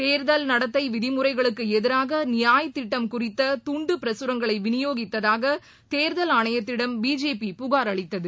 தேர்தல் நடத்தை விதிமுறைகளுக்கு எதிராக நியாய் திட்டம் குறித்த துண்டு பிரசுரங்களை வினியோகித்தாக தேர்தல் ஆணையத்திடம் பிஜேபி புகார் அளித்தது